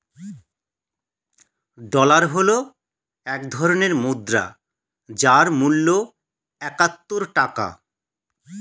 dollar হল এক ধরনের মুদ্রা যার মূল্য একাত্তর টাকা